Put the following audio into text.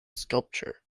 sculpture